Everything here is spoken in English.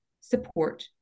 support